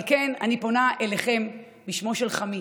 אבל כן, אני פונה אליכם בשמו של חמי,